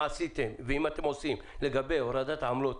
מה עשיתם ואם אתם עושים לגבי הורדת עמלות